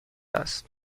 است